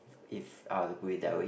if I were to put it that way